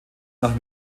nach